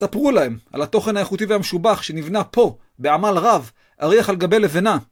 ספרו להם על התוכן האיכותי והמשובח שנבנה פה, בעמל רב, אריח על גבי לבנה.